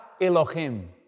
Elohim